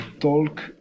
talk